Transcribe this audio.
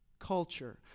culture